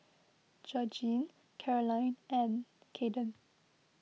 Georgine Carolyne and Caden